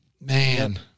Man